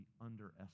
underestimated